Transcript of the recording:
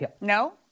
No